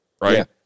Right